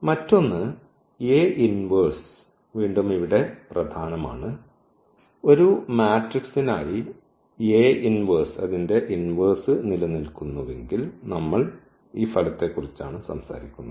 മറ്റൊന്ന് ഈ വീണ്ടും ഇവിടെ പ്രധാനമാണ് ഒരു മാട്രിക്സിനായി നില നിൽക്കുന്നുവെങ്കിൽ നമ്മൾ ഈ ഫലത്തെക്കുറിച്ചാണ് സംസാരിക്കുന്നത്